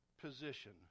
position